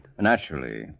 Naturally